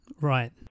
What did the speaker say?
Right